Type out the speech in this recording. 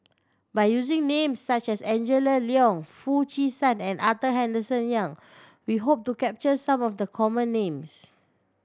by using names such as Angela Liong Foo Chee San and Arthur Henderson Young we hope to capture some of the common names